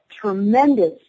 tremendous